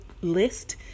list